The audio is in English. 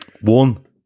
one